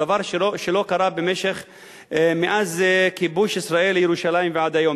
דבר שלא קרה מאז כיבוש ישראל את ירושלים ועד היום,